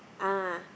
ah